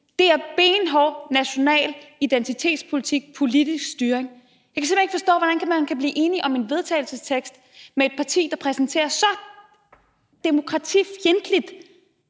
Det er benhård national identitetspolitik og politisk styring. Jeg kan simpelt hen ikke forstå, hvordan man kan blive enig om en vedtagelsestekst med et parti, der præsenterer så demokratifjendtligt